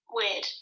weird